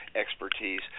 expertise